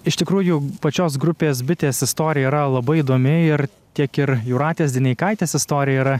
iš tikrųjų pačios grupės bitės istorija yra labai įdomi ir tiek ir jūratės dineikaitės istorija yra